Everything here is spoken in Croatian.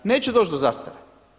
Neće doći do zastare.